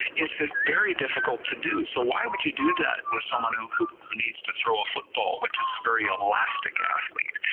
it's ah very difficult to do, so why would you do that with someone who who needs to throw a football, which is a very elastic athlete,